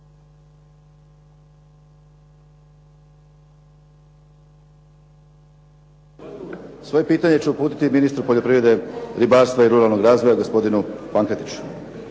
Svoje pitanje ću uputiti ministru poljoprivrede, ribarstva i ruralnog razvoja, gospodinu Pankretiću.